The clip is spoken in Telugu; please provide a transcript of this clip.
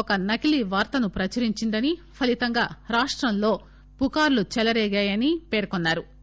ఒక నకిలీ వార్తను ప్రచురించిందని ఫలితంగా రాష్టంలో పుకార్లు చేలరేగాయని పేర్కొన్సారు